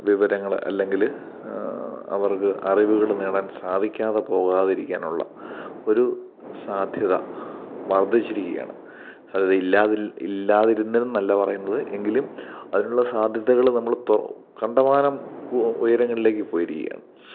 വിവരങ്ങൾ അല്ലെങ്കിൽ അവര്ക്ക് അറിവുകൾ നേടാന് സാധിക്കാതെ പോകാതിരിക്കാന് ഉള്ള ഒരു സാധ്യത വര്ദ്ധിച്ചിരിക്കുകയാണ് അത് ഇല്ലാതില് ഇല്ലാതിരുന്നാല് എന്നല്ല പറയുന്നത് എങ്കിലും അതിനുള്ള സാധ്യതകൾ നമ്മള് തോ കണ്ടമാനം കു ഉയരങ്ങളിലേക്ക് പോയിരിക്കുകയാണ്